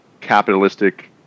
capitalistic